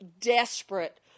desperate